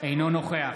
אינו נוכח